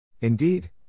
Indeed